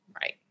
Right